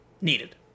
needed